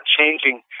changing